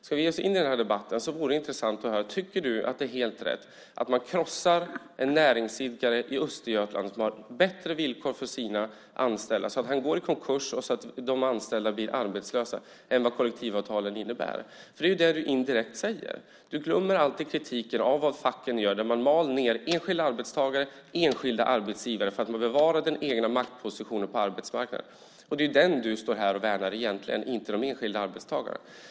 Ska vi ge oss in i den här debatten vore det intressant att höra: Tycker du att det är helt rätt att man krossar en näringsidkare i Östergötland som har bättre villkor för sina anställda än vad kollektivavtalen innebär så att han går i konkurs och så att de anställda blir arbetslösa? Det är ju det du indirekt säger. Du glömmer alltid kritiken av vad facken gör när man mal ned enskilda arbetstagare och enskilda arbetsgivare för att man vill bevara den egna maktpositionen på arbetsmarknaden. Det är den du står här och värnar egentligen - inte de enskilda arbetstagarna.